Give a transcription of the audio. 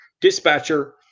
dispatcher